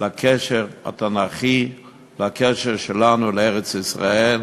הקשר התנ"כי והקשר שלנו לארץ-ישראל,